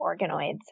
organoids